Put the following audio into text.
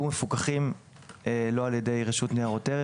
מפוקחים לא על ידי רשות ניירות ערך,